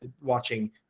watching